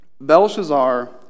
Belshazzar